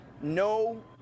No